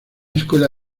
escuela